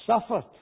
suffered